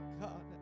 God